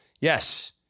Yes